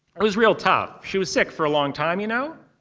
it was real tough. she was sick for a long time, you know?